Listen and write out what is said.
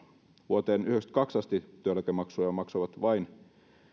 vuoteen yhdeksänkymmentäkaksi asti työeläkemaksuja maksoivat vain